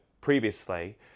previously